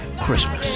Christmas